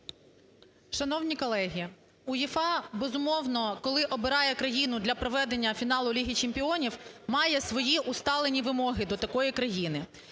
Шановні колеги, УЄФА, безумовно, коли обирає країну для проведення фіналу Ліги чемпіонів, має свої усталені вимоги до такої країни.